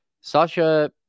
Sasha